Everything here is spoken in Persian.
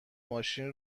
ماشین